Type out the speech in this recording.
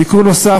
תיקון נוסף,